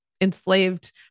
enslaved